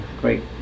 great